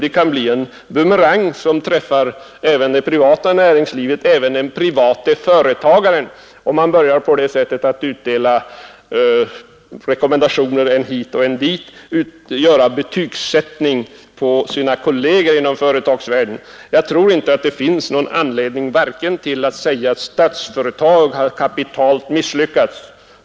Det kan bli en bumerang, som träffar även det privata näringslivet, även den private företagaren, om man på detta sätt börjar utdela rekommendationer än hit och än dit och betygsätter sina kolleger inom företagsvärlden. Jag tror inte det finns någon anledning att göra gällande att Statsföretag har kapitalt misslyckats.